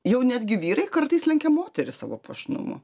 jau netgi vyrai kartais lenkia moteris savo puošnumu